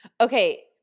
okay